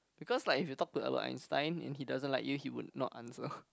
because like if you talk to Albert-Einstein and he doesn't like you he will not answer